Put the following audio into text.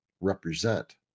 represent